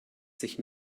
sich